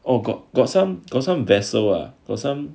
oh got got some got some vessels got some